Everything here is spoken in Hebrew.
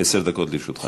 עשר דקות לרשותך.